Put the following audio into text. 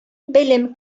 белем